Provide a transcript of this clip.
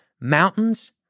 mountains